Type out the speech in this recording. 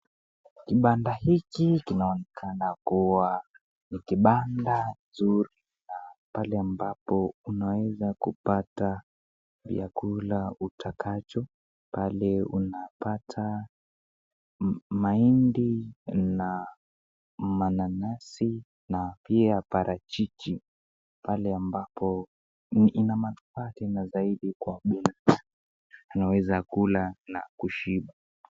Kibanda hiki kinaonekana kuwa ni kibanda nzuri na pale ambapo unaweza kupata vyakula utakacho. Pale unapata mahindi na mananasi na pia parachichi pale ambapo. Ina manufaa tena zaidi unaweza kwa vile tunaweza kula na kushiba.